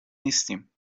نیستیم